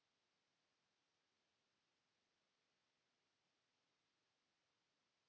Kiitos,